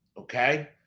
okay